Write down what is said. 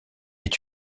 est